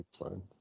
Fine